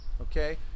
okay